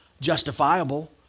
justifiable